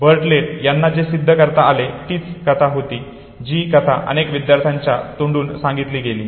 Bartlett यांना जे सिद्ध करता आले ते तीच कथा होती जी कथा अनेक विद्यार्थ्यांच्या तोंडून सांगितली गेली